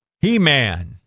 He-Man